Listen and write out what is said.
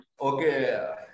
Okay